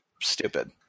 stupid